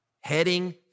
heading